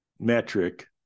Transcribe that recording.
metric